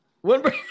One